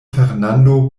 fernando